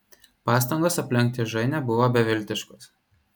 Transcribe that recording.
pastangos aplenkti ženią buvo beviltiškos